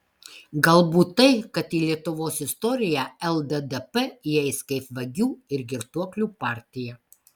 galbūt tai kad į lietuvos istoriją lddp įeis kaip vagių ir girtuoklių partija